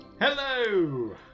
hello